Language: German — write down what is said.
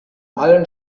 allen